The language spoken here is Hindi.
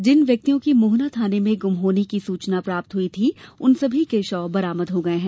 जिन व्यक्तियों की मोहना थाने में गुम होने की सूचना प्राप्त हुई थी उन सभी के शव बरामद हो गये हैं